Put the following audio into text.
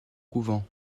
couvent